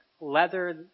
leather